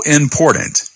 important